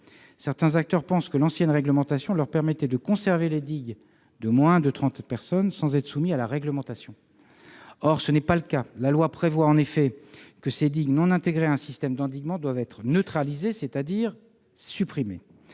Certains acteurs pensent que l'ancienne réglementation leur permettait de conserver les digues protégeant moins de 30 personnes sans être soumis à la réglementation. Or ce n'est pas le cas : la loi prévoit en effet que ces digues non intégrées à un système d'endiguement doivent être neutralisées, c'est-à-dire supprimées.